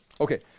Okay